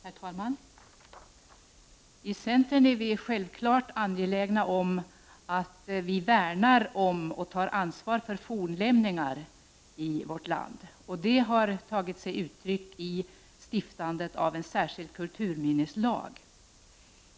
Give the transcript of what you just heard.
Herr talman! I centern är vi självfallet angelägna om att värna om och ta ansvar för fornlämningar i vårt land. Det har tagit sig uttryck i medverkan vid stiftandet av en särskild kulturminneslag.